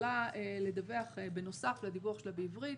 יכלה לדווח בנוסף לדיווח שלה בעברית,